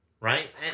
right